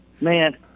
man